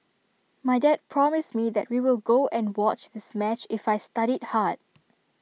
my dad promised me that we will go and watch this match if I studied hard